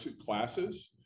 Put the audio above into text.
classes